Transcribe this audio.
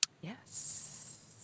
Yes